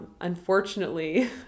Unfortunately